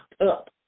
up